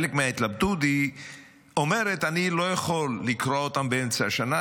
חלק מההתלבטות אומרת: אני לא יכול לקרוע אותם באמצע השנה,